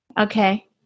Okay